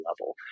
level